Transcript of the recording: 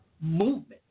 movement